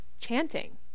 chanting